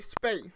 space